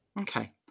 Okay